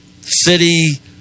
City